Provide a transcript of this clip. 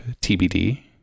TBD